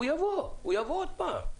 הם יבואו עוד פעם.